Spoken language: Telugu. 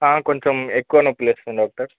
కొంచెం ఎక్కువ నొప్పి లేస్తుంది డాక్టర్